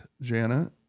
Jana